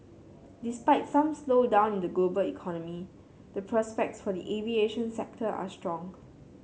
despite some slowdown in the global economy the prospects for the aviation sector are strong